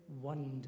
wonder